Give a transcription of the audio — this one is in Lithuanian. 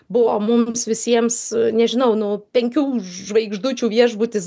buvo mums visiems nežinau nu penkių žvaigždučių viešbutis